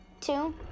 two